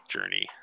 Journey